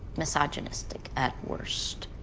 misogynistic at worst.